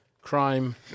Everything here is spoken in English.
crime